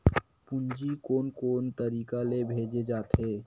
पूंजी कोन कोन तरीका ले भेजे जाथे?